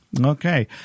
Okay